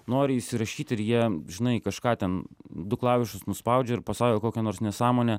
nori įsirašyt ir jie žinai kažką ten du klavišus nuspaudžia ir pasako kokią nors nesąmonę